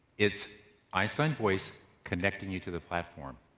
it's einstein voice connecting you to the platform.